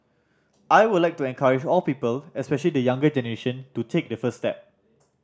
I would like to encourage all people especially the younger generation to take the first step